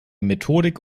methodik